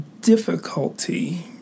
difficulty